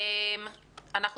וצריך לחשוב איך אנחנו מקדמים אותו.